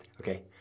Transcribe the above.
Okay